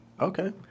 Okay